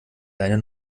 deine